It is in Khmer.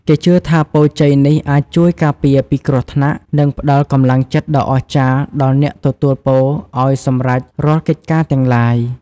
គេជឿថាពរជ័យនេះអាចជួយការពារពីគ្រោះថ្នាក់ និងផ្តល់កម្លាំងចិត្តដ៏អស្ចារ្យដល់អ្នកទទួលពរឲ្យសម្រេចរាល់កិច្ចការទាំងឡាយ។